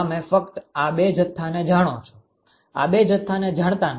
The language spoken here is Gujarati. તમે ફક્ત આ બે જથ્થાને જાણો છો આ બે જથ્થાને જાણતા નથી